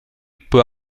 peut